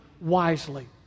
wisely